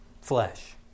flesh